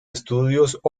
estudios